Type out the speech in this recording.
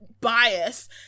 bias